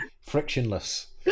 Frictionless